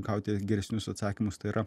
gauti geresnius atsakymus tai yra